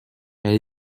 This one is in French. elle